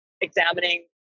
examining